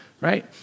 right